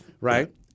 Right